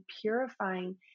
purifying